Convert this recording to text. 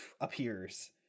appears